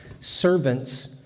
servants